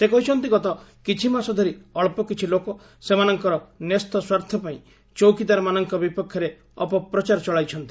ସେ କହିଛନ୍ତି ଗତ କିଛି ମାସ ଧରି ଅଳ୍ପ କିଛି ଲୋକ ସେମାନଙ୍କର ନ୍ୟସ୍ତ ସ୍ୱାର୍ଥ ପାଇଁ ଚୌକିଦାର ମାନଙ୍କ ବିପକ୍ଷରେ ଅପପ୍ରଚାର ଚଳାଇଛନ୍ତି